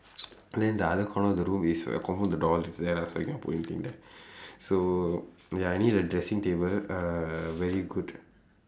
then the other corner of the room is where confirm the door lah is there so I can't put anything there so ya I need a dressing table a very good